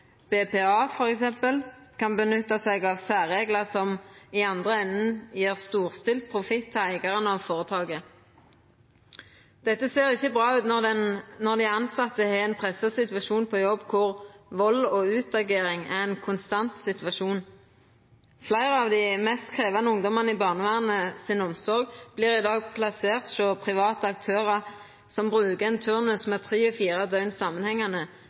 kan nytta seg av særreglar som i andre enden gjev storstilt profitt til eigarane av føretaket. Dette ser ikkje bra ut når dei tilsette har ein pressa situasjon på jobb, kor vald og utagering er ein konstant situasjon. Fleire av dei mest krevjande ungdomane i barnevernets omsorg vert i dag plasserte hos private aktørar som brukar ein turnus med tre og fire døgn samanhengande,